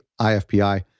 IFPI